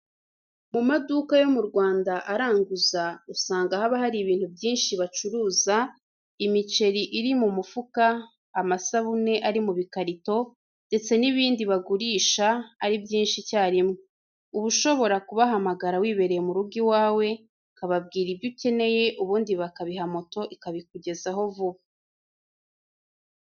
Mu maduka yo mu Rwanda aranguza, usanga haba hari ibintu byinshi bacuruza, imiceri iri mu mufuka, amasabune ari mu bikarito ndetse n'ibindi bagurisha ari byinshi icyarimwe. Uba ushobora kubahamagara wibereye mu rugo iwawe, ukababwira ibyo ukeneye ubundi bakabiha moto ikabikugezaho vuba.